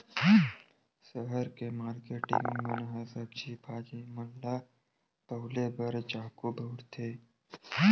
सहर के मारकेटिंग मन ह सब्जी भाजी मन ल पउले बर चाकू बउरथे